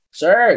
sir